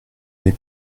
les